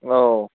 औ